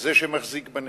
זה שמחזיק בנכס.